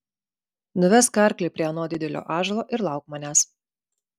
nuvesk arklį prie ano didelio ąžuolo ir lauk manęs